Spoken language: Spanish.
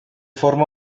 forma